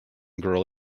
girl